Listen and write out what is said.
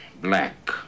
black